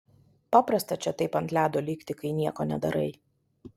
paprasta čia taip ant ledo likti kai nieko nedarai